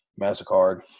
MasterCard